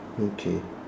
okay